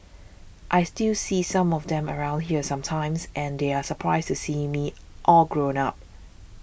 I still see some of them around here sometimes and they are surprised to see me all grown up